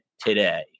Today